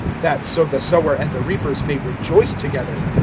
that so the sower and the reapers may rejoice together.